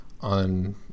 on